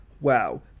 Wow